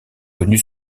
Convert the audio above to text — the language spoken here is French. connu